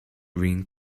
ring